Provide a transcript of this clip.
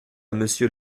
monsieur